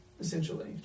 Essentially